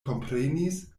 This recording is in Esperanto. komprenis